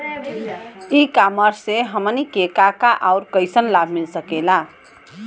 ई कॉमर्स से हमनी के का का अउर कइसन लाभ मिल सकेला?